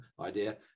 idea